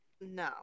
No